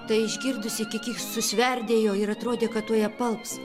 tai išgirdusi kiki susverdėjo ir atrodė kad tuoj apalps